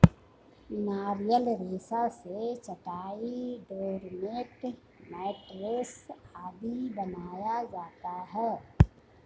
नारियल रेशा से चटाई, डोरमेट, मैटरेस आदि बनाया जाता है